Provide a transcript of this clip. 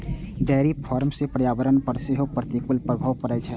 dairy farm सं पर्यावरण पर सेहो प्रतिकूल प्रभाव पड़ै छै